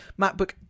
macbook